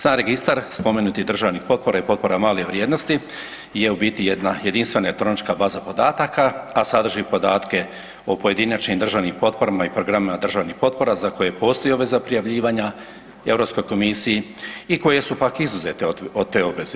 Sam Registar, spomenutih državnih potpora i potpora malih vrijednosti je u biti jedna jedinstvena elektronička baza podataka, a sadrži podatke o pojedinačnim državnim potporama i programima državnih potpora za koje postoji obveza prijavljivanja Europskoj Komisiji i koje su pak izuzete od te obveze.